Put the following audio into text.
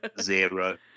zero